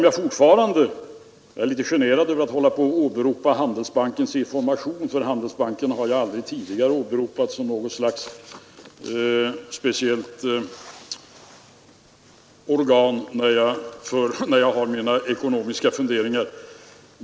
Jag är litet generad över att åberopa Handelsbankens information — jag har inte brukat använda mig av det materialet vid mina ekonomiska funderingar.